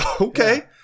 Okay